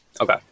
Okay